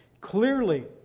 Clearly